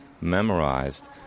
memorized